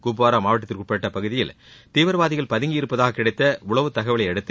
குப்வாரா மாவட்டத்திற்குட்பட்ட பகுதிகளில் தீவிரவாதிகள் பதங்கியிருப்பதாக கிடைத்த உளவுத் தகவலையடுத்து